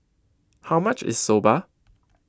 how much is Soba